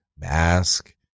mask